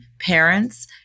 parents